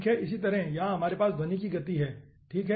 इसी तरह यहाँ हमारे पास ध्वनि की गति हैं ठीक है sph c d